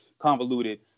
Convoluted